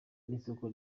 n’isoko